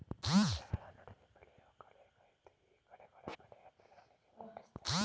ಬೆಳೆಗಳ ನಡುವೆ ಬೆಳೆಯೋ ಕಳೆಗಳಾಗಯ್ತೆ ಈ ಕಳೆಗಳು ಬೆಳೆಯ ಬೆಳವಣಿಗೆನ ಕುಗ್ಗಿಸ್ತವೆ